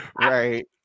Right